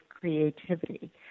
creativity